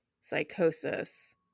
psychosis